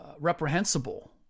reprehensible